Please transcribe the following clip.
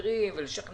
החברים ואת